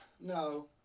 no